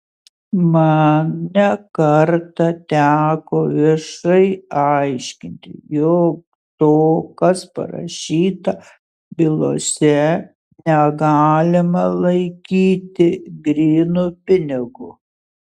man ne kartą teko viešai aiškinti jog to kas parašyta bylose negalima laikyti grynu pinigu